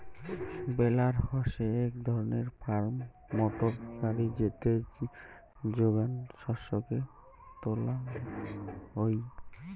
বেলার হসে এক ধরণের ফার্ম মোটর গাড়ি যেতে যোগান শস্যকে তোলা হই